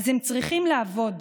אז הם צריכים לעבוד.